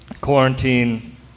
quarantine